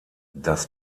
das